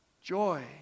joy